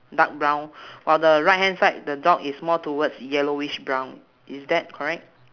dark brown while the right hand side the dog is more towards yellowish brown is that correct